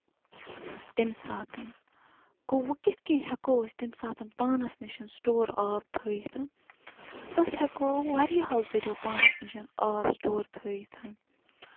تَمہِ ساتن گوٚو وۄنۍ کِتھ کٔنۍ ہٮ۪کو أسۍ تَمہِ ساتن پانس نِش سِٹور آب تھٲیِتھ أسۍ ہٮ۪کو واریاہو ذٔریعو پانَس نِش آب سِٹور تھٲیِتھ